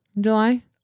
July